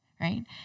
Right